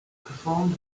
performed